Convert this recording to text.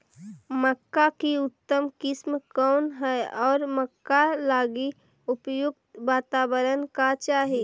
मक्का की उतम किस्म कौन है और मक्का लागि उपयुक्त बाताबरण का चाही?